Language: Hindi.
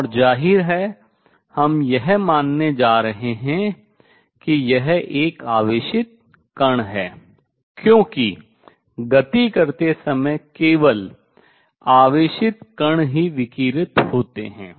और जाहिर है हम यह मानने जा रहे हैं कि यह एक आवेशित कण है क्योंकि गति करते समय केवल आवेशित कण ही विकिरित होते हैं